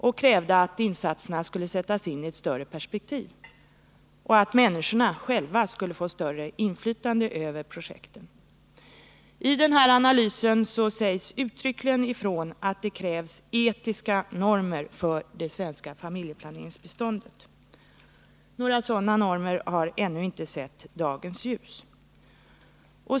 Man krävde att insatserna skulle sättas in i ett större perspektiv och att människorna själva skulle få ett större inflytande över projekten. I analyserna sades uttryckligen ifrån att det krävdes etiska normer för det svenska familjeplaneringsbiståndet. Några sådana normer har ännu inte sett dagens ljus.